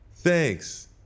Thanks